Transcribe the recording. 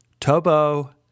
Tobo